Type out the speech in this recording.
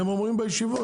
הם אומרים בישיבות.